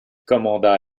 commanda